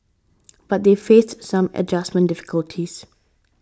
but they faced some adjustment difficulties